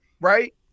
right